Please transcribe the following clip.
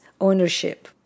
ownership